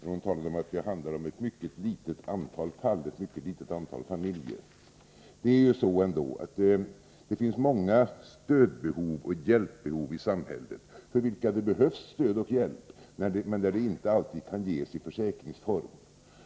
Hon sade att det handlar om ett mycket litet antal familjer. Det finns många stödbehov och hjälpbehov i samhället för vilka stöd och hjälp behövs men inte alltid kan ges i försäkringsform.